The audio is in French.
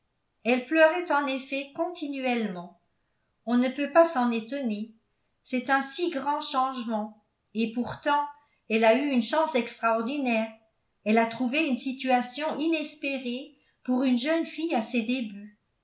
elle pleurait en effet continuellement on ne peut pas s'en étonner c'est un si grand changement et pourtant elle a eu une chance extraordinaire elle a trouvé une situation inespérée pour une jeune fille à ses débuts